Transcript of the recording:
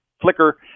flicker